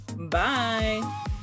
bye